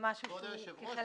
כמשהו ש --- כבוד היושב-ראש,